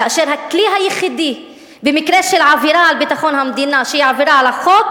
כאשר הכלי היחידי במקרה של עבירה על ביטחון המדינה שהיא עבירה על החוק